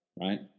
right